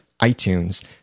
iTunes